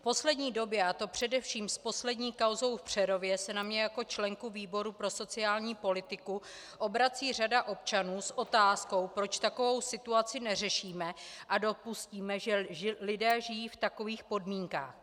V poslední době, a to především s poslední kauzou v Přerově, se na mě jako členku výboru pro sociální politiku obrací řada občanů s otázkou, proč takovou situaci neřešíme a dopustíme, že lidé žijí v takových podmínkách.